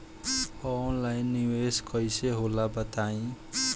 Online निवेस कइसे होला बताईं?